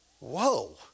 Whoa